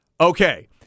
Okay